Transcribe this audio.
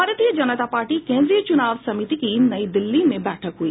भारतीय जनता पार्टी केंद्रीय चुनाव समिति की नई दिल्ली में बैठक हुई